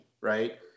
right